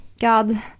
God